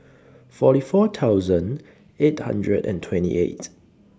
forty four thousand eight hundred and twenty eight